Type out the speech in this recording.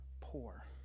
poor